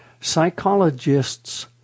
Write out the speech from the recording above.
psychologists